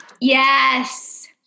Yes